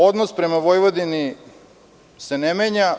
Odnos prema Vojvodini se ne menja.